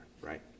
right